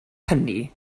hynny